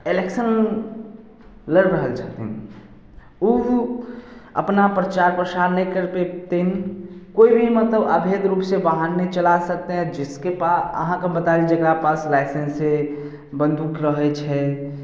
election लड़ि रहल छथिन ओ अपना प्रचार प्रसार नहि करबेथिन कोइ भी मतलब अबैध रूप से बाहन नहि चला सकते हैं जिसके पास अहाँके हम बतादी जकरा पास लाइसेंसी बन्दूक रहै छै